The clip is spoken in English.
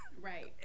right